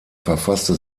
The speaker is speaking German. verfasste